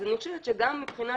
אז אני חושבת שגם את זה,